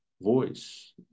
voice